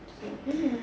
so anyway